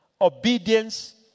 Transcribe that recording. Obedience